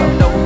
no